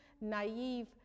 naive